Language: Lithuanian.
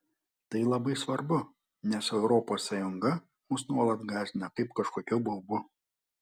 tai labai svarbu nes europos sąjunga mus nuolat gąsdina kaip kažkokiu baubu